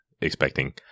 expecting